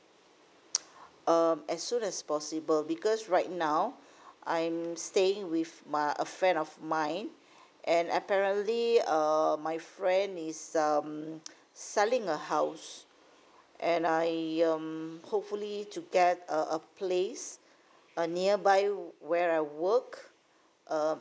um as soon as possible because right now I'm staying with my a friend of mine and apparently uh my friend is um selling a house and I um hopefully to get a a place uh nearby where I work uh